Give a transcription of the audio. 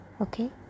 okay